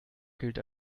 gilt